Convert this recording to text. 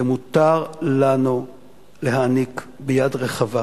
ומותר לנו להעניק ביד רחבה